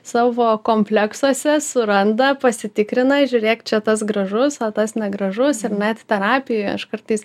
savo kompleksuose suranda pasitikrina žiūrėk čia tas gražus o tas negražus ir net terapijoje aš kartais